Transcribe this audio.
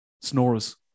snorers